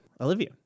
Olivia